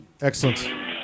Excellent